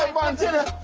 um wanted